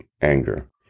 anger